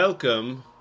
Welcome